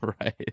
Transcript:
right